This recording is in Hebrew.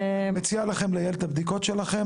אני מציע לכם לייעל את הבדיקות שלכם,